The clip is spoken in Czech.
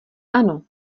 ano